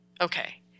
Okay